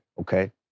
Okay